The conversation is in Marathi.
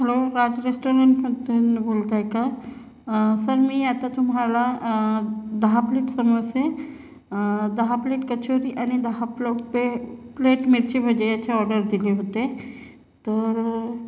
हेलो राज रेस्टोरेंटमधून बोलता आहात का सर मी आता तुम्हाला दहा प्लेट समोसे दहा प्लेट कचोरी आणि दहा प्लेट पे प्लेट मिरची भजे याची ऑर्डर दिले होते तर